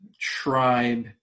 tribe